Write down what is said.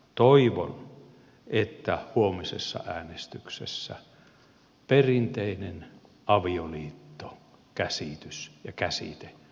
toivon että huomisessa äänestyksessä perinteinen avioliittokäsitys ja käsite säilyvät